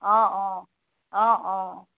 অঁ অঁ অঁ অঁ